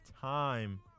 time